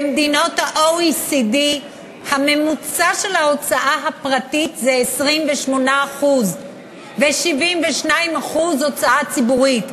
במדינות ה-OECD הממוצע של ההוצאה הפרטית זה 28% ו-72% הם הוצאה ציבורית,